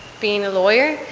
being a lawyer,